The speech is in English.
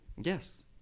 Yes